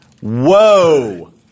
Whoa